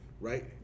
right